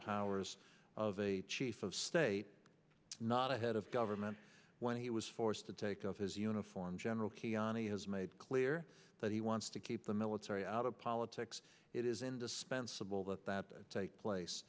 powers of a chief of state the head of government when he was forced to take up his uniform general kiani has made clear that he wants to keep the military out of politics it is indispensable that that take place